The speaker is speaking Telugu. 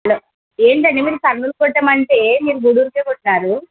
హలో ఏంటండి మీరు కర్నూల్కి కొట్టమంటే మీరు గుడురికే కొట్టారు